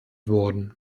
worden